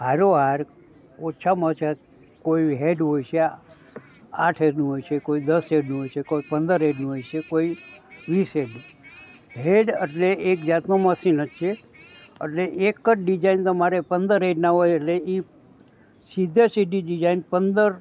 હારોહાર ઓછામાં ઓછા કોઈ હેડ હોય છે આઠ હેડનું હોય છે કોઈ દસ હેડનું હોય છે કોઈ પંદર હેડનું હોય છે કોઈ વીસ હેડનું હેડ એટલે એક જાતનું મસીન જ છે એટલે એક જ ડિજાઇન તમારે પંદર હેડના હોય એટલે એ સીધેસીધી ડિઝાઇન પંદર